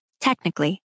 Technically